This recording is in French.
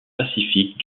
pacifique